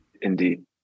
Indeed